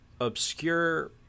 obscure